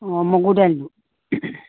অঁ মগু দালিটো